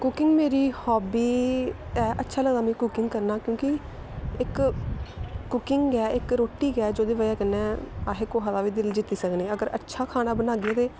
cooking मेरी hobby ऐ अच्छा लगदा मि कुकिंग करना क्योंकि इक कुकिंग गै इक रुट्टी गै जेह्दी बजह कन्नै असें कुसा दा बी दिल जित्ती सकने अगर अच्छा खाना बनागे ते